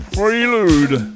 Prelude